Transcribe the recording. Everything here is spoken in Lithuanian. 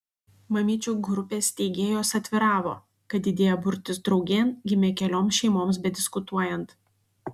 mamyčių grupės steigėjos atviravo kad idėja burtis draugėn gimė kelioms šeimoms bediskutuojant